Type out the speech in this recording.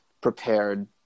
prepared